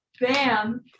bam